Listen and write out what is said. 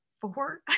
four